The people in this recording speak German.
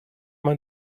man